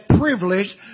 privilege